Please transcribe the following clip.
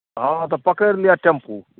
हँ तऽ पकड़ि लिअऽ टेम्पू